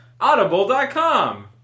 Audible.com